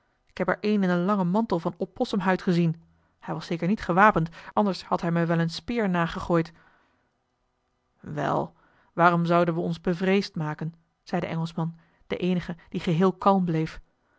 ik heb er één in een langen mantel van oppossumhuid gezien hij was zeker niet gewapend anders had hij me wel eene speer nagegooid welnu waarom zouden we ons bevreesd maken zei de engelschman de eenige die geheel kalm bleef